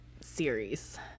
series